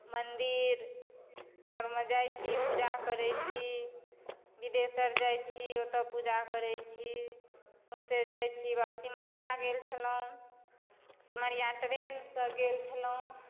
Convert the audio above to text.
मन्दिर अरमे जाइ छी पूजा करय छी बिदेशर जाइ छी ओतऽ पूजा करय छी सौँसै जाइ छी सिमरिया गेल छलहुँ सिमरिया ट्रेनसँ गेल छलहुँ